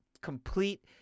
complete